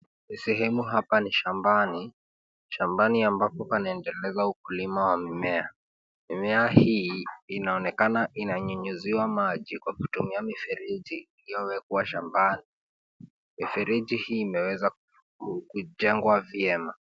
Sehemu hapa ni shambani. Shambani ambapo panaendeleza ukulima wa mimea. Mimea hii inaonekana inanyunyuziwa maji kwa kutumia mifereji iliyowekwa shambani. Mifereji hii imewezwa kujengwa vyema.